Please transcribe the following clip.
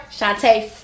Shantae